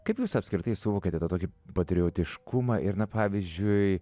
kaip jūs apskritai suvokiate tą tokį patriotiškumą ir na pavyzdžiui